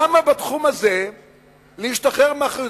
למה בתחום הזה להשתחרר מאחריות?